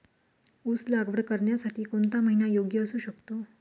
ऊस लागवड करण्यासाठी कोणता महिना योग्य असू शकतो?